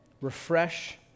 Refresh